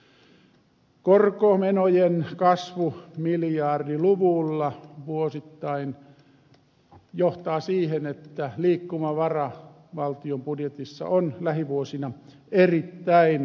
tällöin korkomenojen kasvu miljardiluvulla vuosittain johtaa siihen että liikkumavara valtion budjetissa on lähivuosina erittäin ahdas